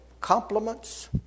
compliments